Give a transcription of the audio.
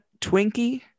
Twinkie